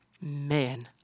Man